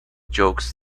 jokes